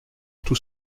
tout